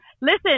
Listen